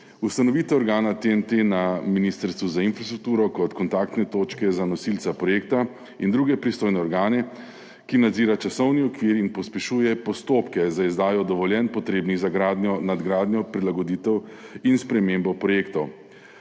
Ustanovitev organa TEN-T na Ministrstvu za infrastrukturo kot kontaktne točke za nosilca projekta in druge pristojne organe, ki nadzira časovni okvir in pospešuje postopke za izdajo dovoljenj, potrebnih za gradnjo, nadgradnjo, prilagoditev in spremembo projektov.